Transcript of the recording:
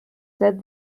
said